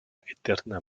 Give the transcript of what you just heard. eterna